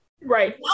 Right